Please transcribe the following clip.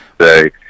say